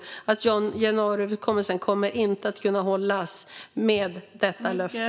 Januariöverenskommelsen kommer inte att kunna hållas med detta löfte.